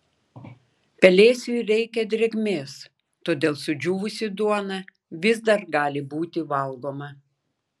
pelėsiui reikia drėgmės todėl sudžiūvusi duona vis dar gali būti valgoma